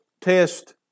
test